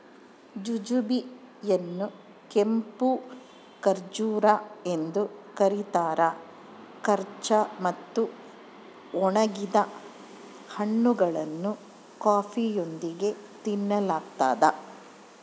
jujube ಯನ್ನುಕೆಂಪು ಖರ್ಜೂರ ಎಂದು ಕರೀತಾರ ಕಚ್ಚಾ ಮತ್ತು ಒಣಗಿದ ಹಣ್ಣುಗಳನ್ನು ಕಾಫಿಯೊಂದಿಗೆ ತಿನ್ನಲಾಗ್ತದ